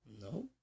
no